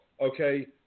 okay